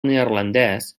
neerlandès